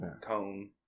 cone